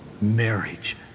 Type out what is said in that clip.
marriage